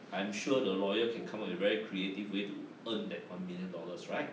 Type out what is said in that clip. I'm sure the lawyer can come up with very creative way to earn that one million dollars right